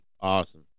Awesome